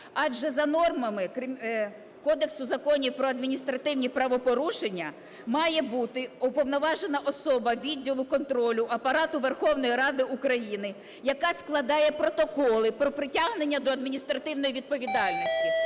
Адже за нормами Кодексу законів про адміністративні правопорушення має бути уповноважена особа відділу контролю Апарату Верховної Ради України, яка складає протоколи про притягнення до адміністративної відповідальності.